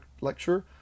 lecture